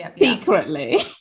secretly